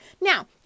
Now